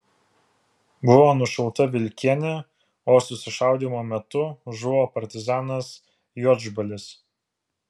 buvo nušauta vilkienė o susišaudymo metu žuvo partizanas juodžbalis